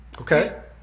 Okay